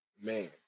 man